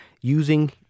using